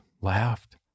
Laughed